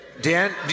Dan